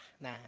nah